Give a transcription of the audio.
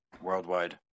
worldwide